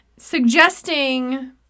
Suggesting